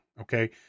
Okay